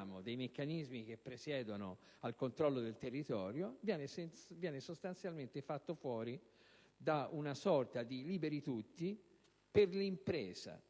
è barocco - dei meccanismi che presiedono al controllo del territorio viene sostanzialmente fatta fuori da una sorta di «liberi tutti» per l'impresa.